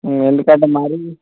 ఎందుకంటే మరి